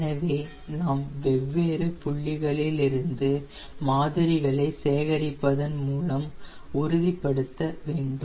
எனவே நாம் வெவ்வேறு புள்ளிகளிலிருந்து மாதிரிகளை சேகரிப்பதன் மூலம் உறுதிப்படுத்த வேண்டும்